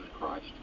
Christ